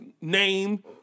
name